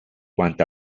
quanto